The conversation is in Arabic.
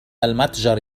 المتجر